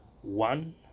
one